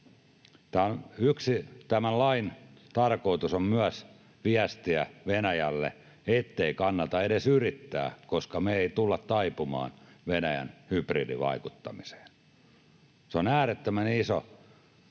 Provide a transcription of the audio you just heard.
myöhässä. Yksi tämän lain tarkoitus on myös viestiä Venäjälle, ettei kannata edes yrittää, koska me ei tulla taipumaan Venäjän hybridivaikuttamiseen. Se on äärettömän iso